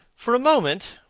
for a moment,